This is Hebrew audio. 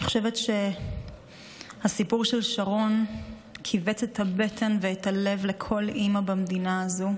אני חושבת שהסיפור של שרון כיווץ את הבטן ואת הלב לכל אימא במדינה הזו,